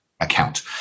account